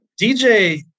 DJ